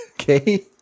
Okay